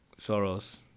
Soros